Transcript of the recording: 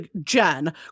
Jen